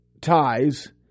ties